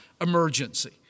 emergency